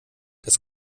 das